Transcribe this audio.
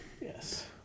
Yes